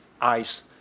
Ice